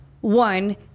one